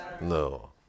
No